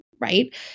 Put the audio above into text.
right